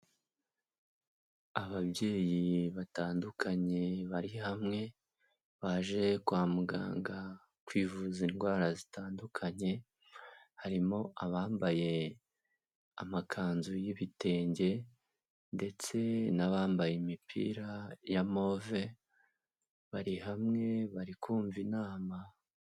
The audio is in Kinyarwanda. Ababyeyi batandukanye bari hamwe, baje kwa muganga kwivuza indwara zitandukanye, harimo abambaye amakanzu y'ibitenge ndetse n'abambaye imipira ya move, bari hamwe, bari kumva inama.